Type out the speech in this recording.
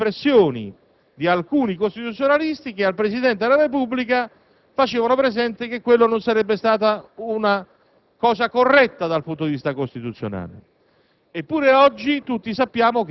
costretta a correggere sulle pressioni di alcuni costituzionalisti che al Presidente della Repubblica facevano presente che non sarebbe stata una cosa corretta, dal punto di vista costituzionale.